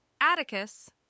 Atticus